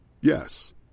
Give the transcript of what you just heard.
Yes